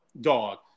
dog